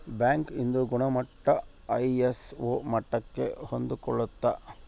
bank ಇಂದು ಗುಣಮಟ್ಟ ISO ಮಟ್ಟಕ್ಕೆ ಹೊಂದ್ಕೊಳ್ಳುತ್ತ